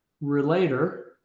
Relater